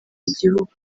igihugu